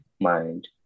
mind